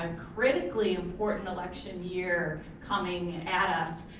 ah critically important election year coming at us,